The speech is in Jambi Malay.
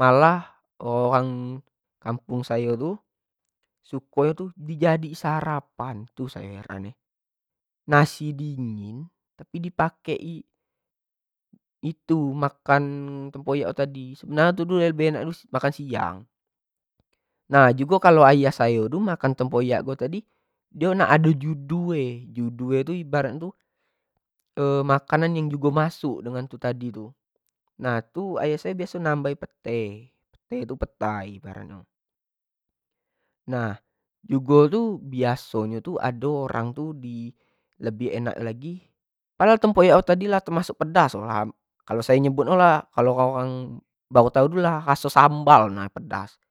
malah orang-orang kampung sayo tu, suko di jadi i sarapan, nasi dingin tapi di pake i itu makan tempoyak tu tadi, tapi sebenar nyo lebih enak makan siang, nah sebenar nyo ayah sayo ko makan tempoyak ko diok nak ado judu e, judu e ibarat nyo tu makanan yang jugo masuk dengan yang tu tadi tu, nah itu biaso ayah sayo nambahi pete, itu tu petai ibarat nya, nah itu biaso ibarat nyo orang tu ado lebih enak lagi, padahal tempoyak ko lah termasuk pedas, kalo orang-orang nyebut kan baru tau lah raso sambal tu nah pedas.